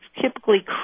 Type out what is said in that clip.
typically